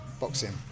boxing